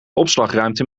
opslagruimte